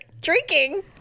drinking